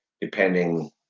depending